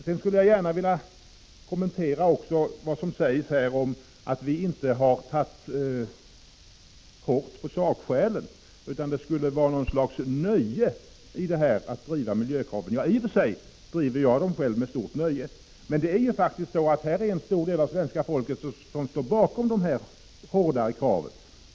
Sedan skulle jag också gärna vilja kommentera talet om att vi inte har tagit hårt på sakskälen, utan det skulle vara något slags nöje att driva miljökrav. I och för sig driver jag dem själv med stort nöje. Men här står faktiskt en stor del av svenska folket bakom de hårdare kraven.